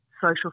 social